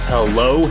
Hello